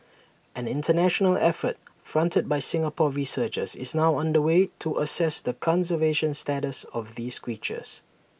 an International effort fronted by Singapore researchers is now under way to assess the conservation status of these creatures